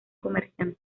comerciante